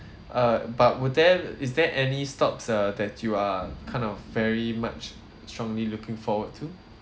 err but would there is there any stops err that you are kind of very much strongly looking forward to